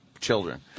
children